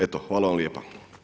Eto, hvala vam lijepa.